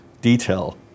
detail